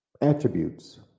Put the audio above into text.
attributes